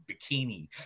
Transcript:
bikini